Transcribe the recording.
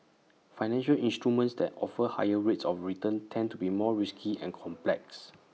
financial instruments that offer higher rates of return tend to be more risky and complex